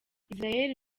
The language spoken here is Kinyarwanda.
israel